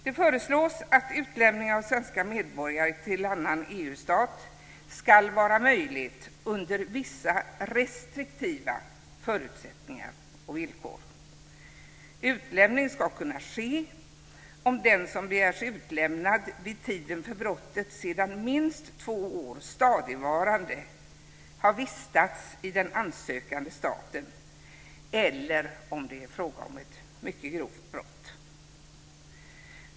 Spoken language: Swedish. Det föreslås att utlämning av svenska medborgare till annan EU-stat ska vara möjlig under vissa restriktiva förutsättningar och villkor. Utlämning ska kunna ske om den som begärs utlämnad vid tiden för brottet sedan minst två år stadigvarande har vistats i den ansökande staten eller om det är fråga om ett mycket grovt brott.